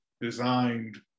designed